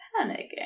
panicking